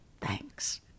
Thanks